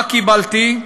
מה קיבלתי?